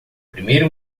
primeiro